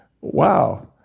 Wow